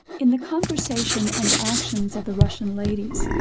in the conversation and actions of the russian ladies,